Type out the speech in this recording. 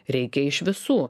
reikia iš visų